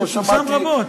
זה פורסם רבות.